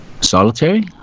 Solitary